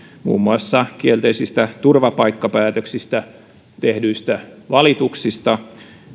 muun muassa kielteisistä turvapaikkapäätöksistä tehdyistä valituksista